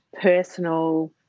personal